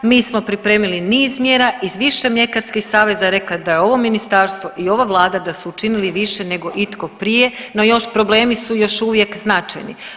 Mi smo pripremili niz mjera iz više mljekarskih saveza je reklo da je ovo ministarstvo i ova vlada da su učinili više nego itko prije, no problemi su još uvijek značajni.